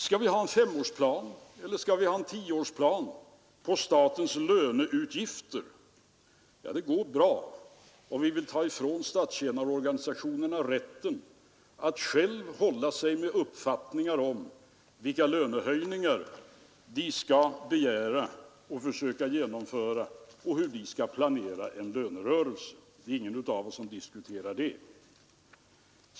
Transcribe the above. Skall vi ha en femårsplan eller en tioårsplan för statens löneutgifter? Ja, det går bra om vi vill ta ifrån statstjänarorganisationerna rätten att själva hålla sig med uppfattningar om vilka lönehöjningar de skall försöka genomföra och hur de skall planera en lönerörelse. Det är ingen av oss som diskuterar det.